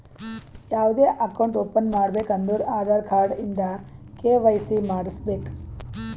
ಯಾವ್ದೇ account open ಮಾಡ್ಬೇಕ ಅಂದುರ್ ಆಧಾರ್ ಕಾರ್ಡ್ ಇಂದ ಕೆ.ವೈ.ಸಿ ಮಾಡ್ಸಬೇಕ್